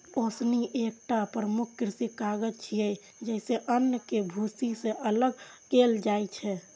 ओसौनी एकटा प्रमुख कृषि काज छियै, जइसे अन्न कें भूसी सं अलग कैल जाइ छै